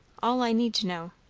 all i need to know.